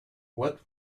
what